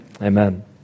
Amen